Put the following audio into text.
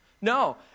No